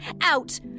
out